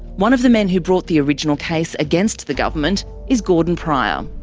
one of the men who brought the original case against the government is gordon prior.